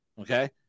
okay